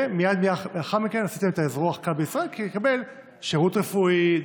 ומייד לאחר מכן עשיתי להם את האזרוח כאן בישראל כדי לקבל שירות רפואי,